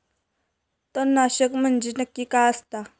तणनाशक म्हंजे नक्की काय असता?